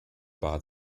bad